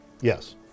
yes